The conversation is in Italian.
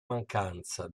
mancanza